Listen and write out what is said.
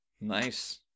Nice